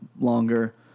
longer